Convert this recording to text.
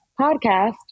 Podcast